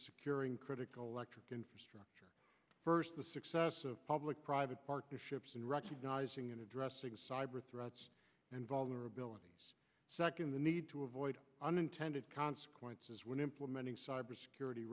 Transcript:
to curing critical electric infrastructure first the success of public private partnerships and recognizing and addressing cyber threats and vulnerabilities sucking the need to avoid unintended consequences when implementing cybersecurity